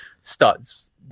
studs